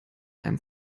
einem